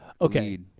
Okay